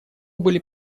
были